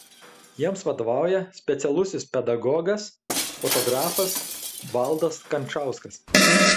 jiems vadovauja specialusis pedagogas fotografas valdas kančauskas